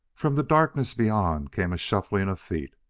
from the darkness beyond came a shuffling of feet.